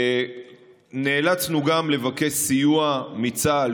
נאלצנו גם לבקש מצה"ל,